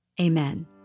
amen